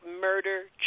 murder